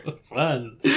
fun